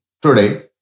today